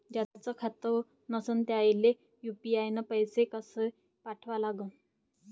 ज्याचं बँकेत खातं नसणं त्याईले यू.पी.आय न पैसे कसे पाठवा लागन?